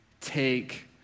take